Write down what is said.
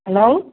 hello